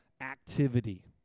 activity